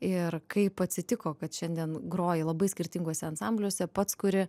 ir kaip atsitiko kad šiandien groji labai skirtinguose ansambliuose pats kuri